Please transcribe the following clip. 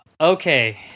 Okay